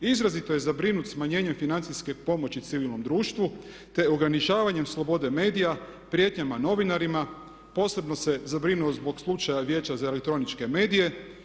Izrazito je zabrinut smanjenjem financijske pomoći civilnom društvu te ograničavanjem slobode medija, prijetnjama novinarima, posebno se zabrinuo zbog slučaja Vijeća za elektroničke medije.